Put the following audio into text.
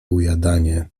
ujadanie